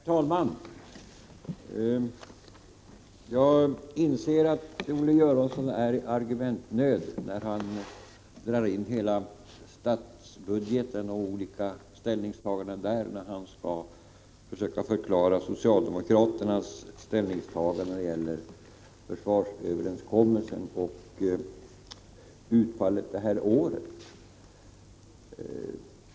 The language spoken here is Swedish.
Herr talman! Jag inser att Olle Göransson är i argumentnöd när han drar in hela statsbudgeten och olika ståndpunktstaganden där, då han skall försöka förklara socialdemokraternas ställningstagande i fråga om försvarsöverenskommelsen och utfallet det här året.